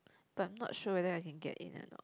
but I'm not sure whether I can get in or not